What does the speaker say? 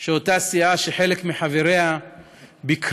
שזאת אותה סיעה שחלק מחבריה ביקרו